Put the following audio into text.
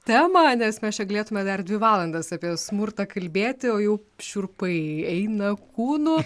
temą nes mes čia galėtume dar dvi valandas apie smurtą kalbėti o jau šiurpai eina kūnu